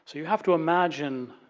so you have to imagine